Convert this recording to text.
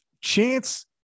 chance